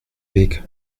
weg